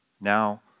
now